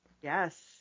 Yes